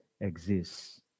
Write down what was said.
exists